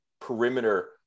perimeter